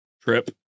trip